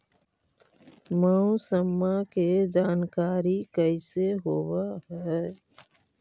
मौसमा के जानकारी कैसे होब है?